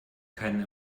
keinen